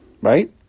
right